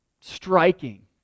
striking